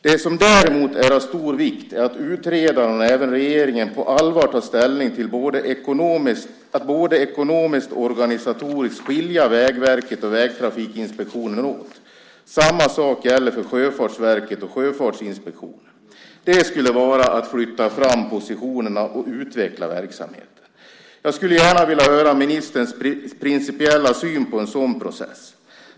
Det som däremot är av stor vikt är att utredaren, och även regeringen, på allvar tar ställning till att både ekonomiskt och organisatoriskt skilja Vägverket och Vägtrafikinspektionen åt. Samma sak gäller för Sjöfartsverket och Sjöfartsinspektionen. Det skulle vara att flytta fram positionerna och utveckla verksamheten. Jag skulle gärna vilja höra ministerns principiella syn på en sådan process.